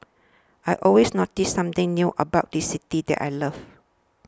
I always notice something new about this city that I love